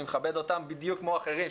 אני מכבד אותם בדיוק כמו אחרים,